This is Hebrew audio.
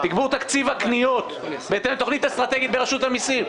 תגבור תקציב הפניות בהתאם לתכנית אסטרטגית ברשות המסים.